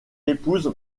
épouse